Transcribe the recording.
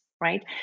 right